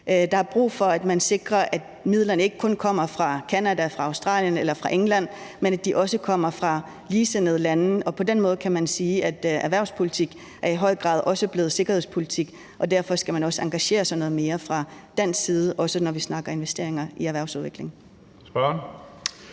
Der er brug for, at man sikrer, at midlerne ikke kun kommer fra Canada, Australien eller England, men at de også kommer fra ligesindede lande. Og på den måde kan man sige, at erhvervspolitik i høj grad også er blevet sikkerhedspolitik, og derfor skal man også engagere sig noget mere fra dansk side, også når vi snakker investeringer i erhvervsudvikling.